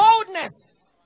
boldness